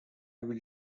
will